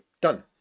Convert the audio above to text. done